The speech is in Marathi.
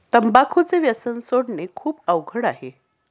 तंबाखूचे व्यसन सोडणे खूप अवघड आहे